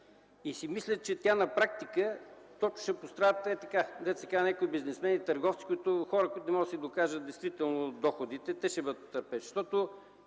Мисля си, че на практика просто ще пострадат ей така, дето се казва, някои бизнесмени, търговци, хора, които не могат да си докажат действително доходите. Те ще бъдат потърпевши,